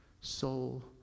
soul